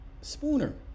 Spooner